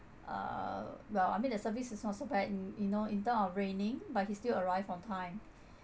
uh well I mean the service is not so bad in in you know in terms of raining but he still arrive on time